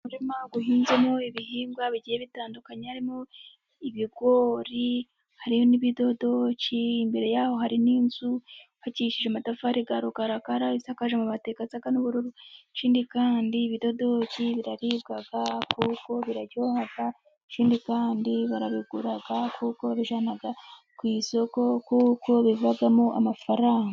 Umurima uhinzemo ibihingwa bigiye bitandukanye, harimo: ibigori hari, n'ibidodoki ,imbere yaho hari n'inzu yubakishije amatafari ya rukarakara, isakaje amabati asa n'ubururu, ikindi kandi ibidodoki biraribwa kuko biraryoha, ikindi kandi barabigura, kuko babijyana ku isoko kuko bivamo amafaranga.